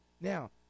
now